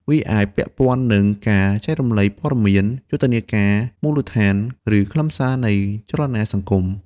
វាអាចពាក់ព័ន្ធនឹងការចែករំលែកព័ត៌មាន យុទ្ធនាការមូលដ្ឋាន ឬខ្លឹមសារនៃចលនាសង្គម។